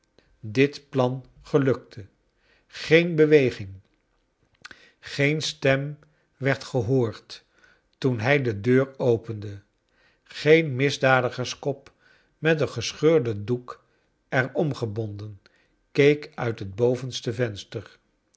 dit plan gelukte green beweging geen stem werd gehoord toen hij de deur opende geen misdadigerskop met een gescheurden doek er om gebonden keek uit het bovenste venster